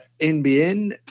NBN